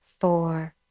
four